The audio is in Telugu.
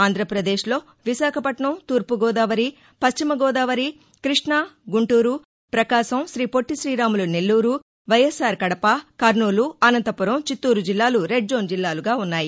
ఆంధ్రప్రదేశ్లో విశాఖపట్నం తూర్పుగోదావరి పశ్చిమ గోదావరి కృష్ణా గుంటూరు పకాశం తీపొట్టిశీరాములు నెల్లారు వైఎస్సార్ కడప కర్నూలు అనంతపురం చిత్తూరు జిల్లాలు రెడ్ జోన్ జిల్లాలుగా ఉన్నాయి